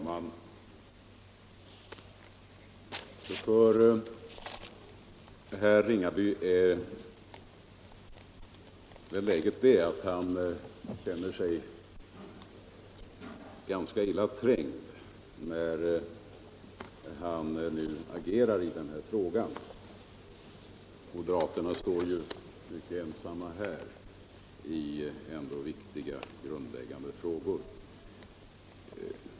Herr talman! För herr Ringaby är väl läget det att han känner sig ganska illa trängd när han nu agerar i denna fråga. Moderaterna står ju mycket ensamma i dessa viktiga och grundläggande frågor.